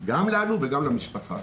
גם לנו וגם למשפחה.